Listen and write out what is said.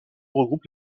regroupe